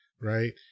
right